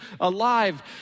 alive